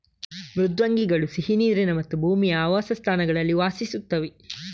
ಮೃದ್ವಂಗಿಗಳು ಸಿಹಿ ನೀರಿನ ಮತ್ತು ಭೂಮಿಯ ಆವಾಸಸ್ಥಾನಗಳಲ್ಲಿ ವಾಸಿಸುತ್ತವೆ